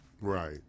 Right